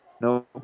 No